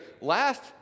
last